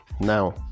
now